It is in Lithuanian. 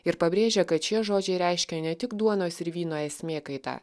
ir pabrėžia kad šie žodžiai reiškia ne tik duonos ir vyno esmė kaita